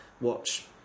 watch